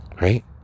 right